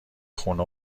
خونه